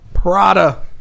Prada